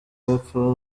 bapfa